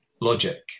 logic